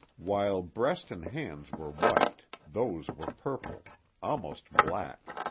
while breast and hands were white, those were purple almost black.